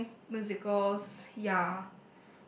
watching musicals ya